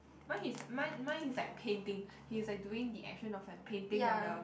mine he's like mine mine he's like painting he's like doing the action of like painting on the